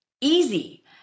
easy